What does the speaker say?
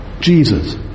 Jesus